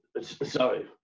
Sorry